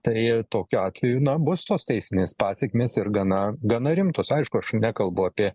tai tokiu atveju na bus tos teisinės pasekmės ir gana gana rimtos aišku aš nekalbu apie